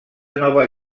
nova